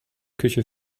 küche